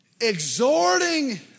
Exhorting